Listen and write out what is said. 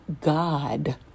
God